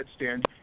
headstand